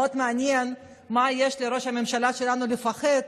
מאוד מעניין ממה יש לראש הממשלה שלנו לפחד,